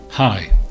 Hi